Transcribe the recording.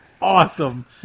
awesome